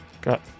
Got